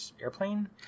airplane